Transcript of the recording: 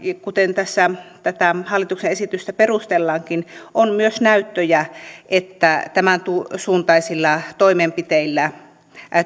kuten tässä tätä hallituksen esitystä perustellaankin on myös näyttöjä että tämänsuuntaisilla toimenpiteillä